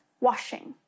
washing